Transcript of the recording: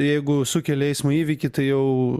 jeigu sukeli eismo įvykį tai jau